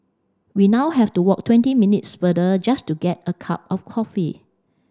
we now have to walk twenty minutes further just to get a cup of coffee